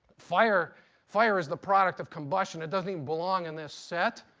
fire fire is the product of combustion. it doesn't even belong in this set.